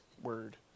Word